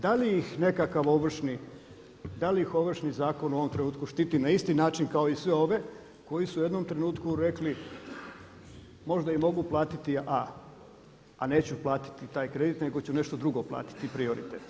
Da li ih nekakav ovršni, da li ih Ovršni zakon u ovom trenutku štiti na isti način kao i sve ove koji su u jednom trenutku rekli možda i mogu platiti a neću platiti taj kredit nego ću nešto drugo platiti prioritetno.